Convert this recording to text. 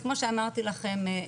אז כמו שאמרתי לכם,